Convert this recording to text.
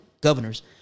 governors